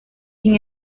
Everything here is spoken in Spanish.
sin